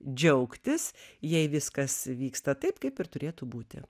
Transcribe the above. džiaugtis jei viskas vyksta taip kaip ir turėtų būti